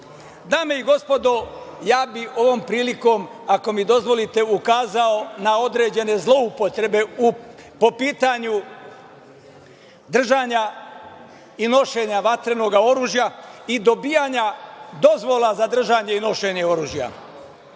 i gospodo, ja bih ovom prilikom, ako mi dozvolite, ukazao na određene zloupotrebe po pitanju držanja i nošenja vatrenog oružja i dobijanja dozvola za držanje i nošenje oružja. Kako